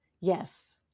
yes